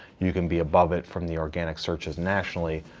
you can be above it from the organic searches nationally,